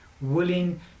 willing